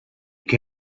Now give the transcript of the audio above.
che